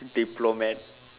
diplomat